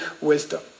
wisdom